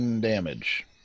damage